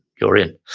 you're in,